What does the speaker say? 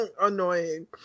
annoying